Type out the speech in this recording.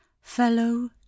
fellow